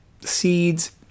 seeds